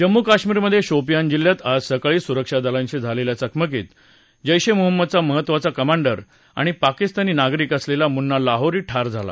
जम्मू कश्मीरमध्ये शोपियान जिल्ह्यात आज सकाळी सुरक्षा दलांशी झालेल्या चकमकीत जैश ए मोहम्मदचा महत्त्वाचा कमांडर आणि पाकिस्तानी नागरिक असलेला मुन्ना लाहोरी ठार झाला